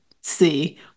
see